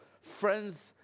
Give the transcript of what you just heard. Friends